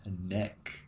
neck